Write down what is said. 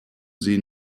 sie